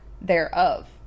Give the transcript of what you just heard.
thereof